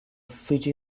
fiji